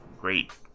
great